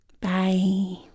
Bye